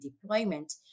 deployment